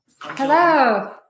Hello